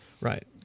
Right